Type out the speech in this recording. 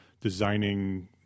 designing